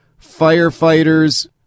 firefighters